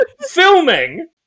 filming